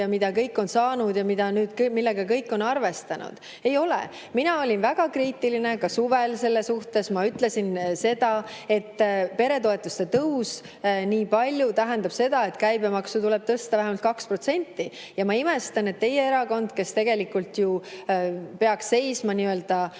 ja mida kõik on saanud ja millega kõik on arvestanud. Ei ole! Mina olin väga kriitiline ka suvel selle suhtes. Ma ütlesin seda, et nii [suur] peretoetuste tõus tähendab seda, et käibemaksu tuleb tõsta vähemalt 2% [võrra]. Ja ma imestan, et teie erakond, kes tegelikult ju peaks seisma elanikkonna